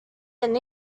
then